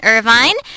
Irvine